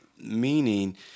Meaning